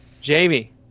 jamie